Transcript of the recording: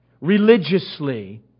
religiously